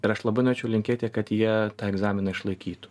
ir aš labai norėčiau linkėti kad jie tą egzaminą išlaikytų